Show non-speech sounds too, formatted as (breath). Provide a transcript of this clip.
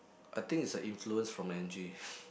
I think it's the influence from Angie (breath)